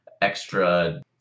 extra